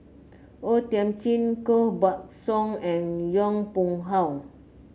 O Thiam Chin Koh Buck Song and Yong Pung How